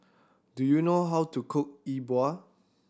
do you know how to cook E Bua